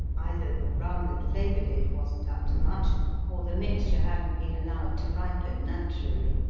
either the rum that flavored it wasn't up to much or the mixture hadn't been allowed to ripen naturally.